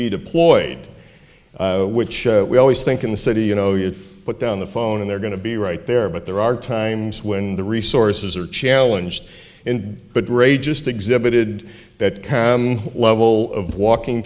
be deployed which we always think in the city you know you put down the phone and they're going to be right there but there are times when the resources are challenge and but ray just exhibited that cab level of walking